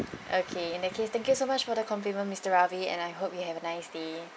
okay in that case thank you so much for the compliment mister Ravi and I hope you have a nice day